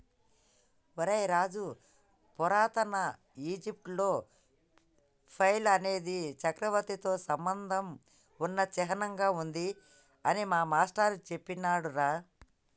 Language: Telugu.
ఒరై రాజు పురాతన ఈజిప్టులో ఫైల్ అనేది చక్రవర్తితో సంబంధం ఉన్న చిహ్నంగా ఉంది అని మా మాష్టారు సెప్పినాడురా